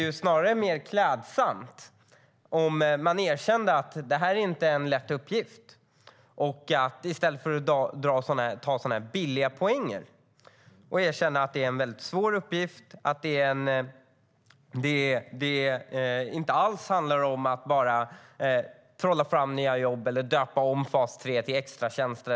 Det vore mer klädsamt om man i stället för att plocka billiga poäng erkände att det här inte är en lätt uppgift utan en väldigt svår uppgift och att det inte alls handlar om att bara trolla fram nya jobb eller döpa om fas 3 till extratjänster.